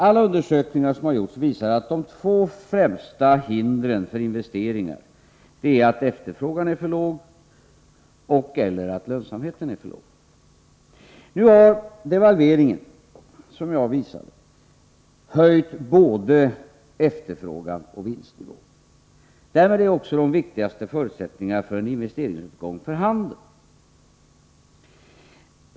Alla undersökningar som har gjorts visar att de två främsta hindren för investeringar är att efterfrågan är för låg och/eller att lönsamheten är för låg. Som jag visade har devalveringen nu höjt både efterfrågan och vinstnivån. Därmed är de viktigaste förutsättningarna för en investeringsuppgång för handen.